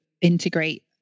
integrate